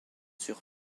sur